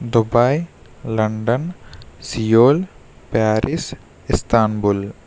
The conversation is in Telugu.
Dubai London Seoul Paris Istanbul